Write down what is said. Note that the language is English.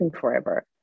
forever